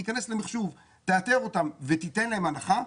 תיכנס למחשוב ותאתר אותם ותיתן להם הנחה.